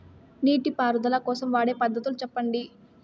నీటి పారుదల కోసం వాడే పద్ధతులు సెప్పండి?